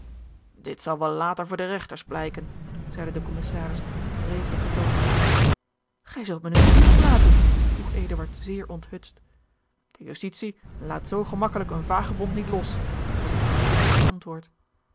dit zal wel later voor de regters blijken zeide de commissaris op wreveligen toon gij zult mij nu toch loslaten vroeg eduard zeer onthutst de justitie laat zoo gemakkelijk een vagebond niet los was het hardvochtige antwoord